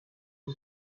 was